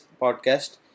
podcast